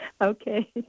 okay